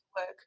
work